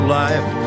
life